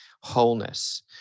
wholeness